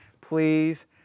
please